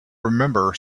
remember